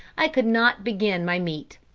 i could not begin my meat.